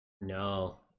No